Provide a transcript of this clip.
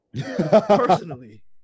personally